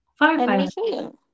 Firefighters